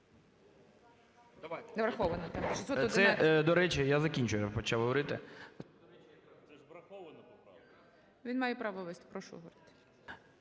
врахована.